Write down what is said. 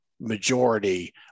majority